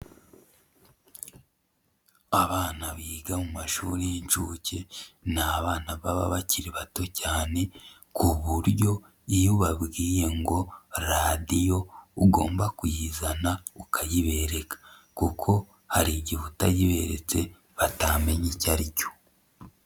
Abana biga mu mashuri y'inshuke, ni abana baba bakiri batoya cyane, ku buryo iyo ubabwiye ngo radiyo ugomba kuyizana ukayibereka, kuko hari igihe utayiberetse batamenye icyo ari cyo.